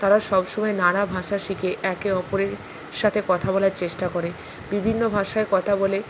তারা সব সময় নানা ভাষা শিখে একে অপরের সাথে কথা বলার চেষ্টা করে বিভিন্ন ভাষায় কথা বলে